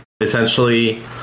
Essentially